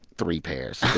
three pairs.